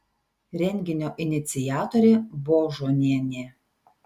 renginio iniciatorė božonienė